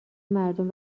مردم